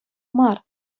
мар